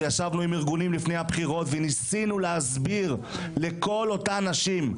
וישבנו עם ארגונים לפני הבחירות וניסינו להסביר לכל אותן נשים,